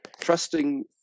trusting